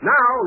Now